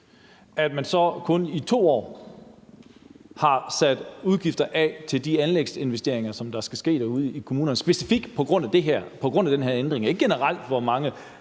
af til udgifter for en 2-årig periode til de anlægsinvesteringer, der skal ske ude i kommunerne specifikt på grund af den her ændring og ikke generelt. For vi